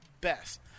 best